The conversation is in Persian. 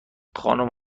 خانم